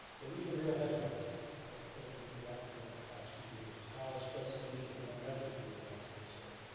well these are real headlines that i've sort of been collecting over the past few years. college trustees should have known ethics rules, experts say.